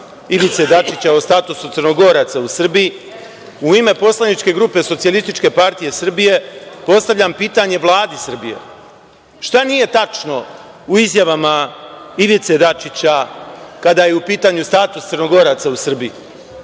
Ivice Dačića o statusu Crnogoraca u Srbiji, u ime poslaničke grupe SPS postavljam pitanje Vladi Srbije – šta nije tačno u izjavama Ivice Dačića, kada je u pitanju status Crnogoraca u Srbiji? Da